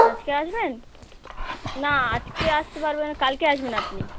আজকে আসবেন না আজকে আসতে পারবে না কালকে আসবেন আপনি